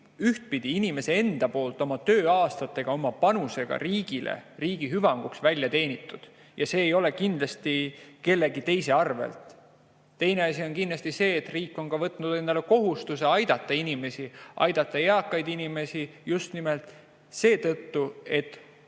ühtpidi inimese enda tööaastatega, oma panusega riigile ja riigi hüvanguks välja teenitud. See ei ole kindlasti kellegi teise arvel saadud. Teine asi on see, et riik on võtnud endale kohustuse aidata inimesi, aidata eakaid inimesi just nimelt seetõttu, et tunnustada